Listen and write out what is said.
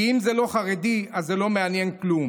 כי אם זה לא חרדי אז זה לא מעניין כלום.